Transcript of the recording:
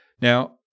Now